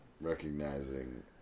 recognizing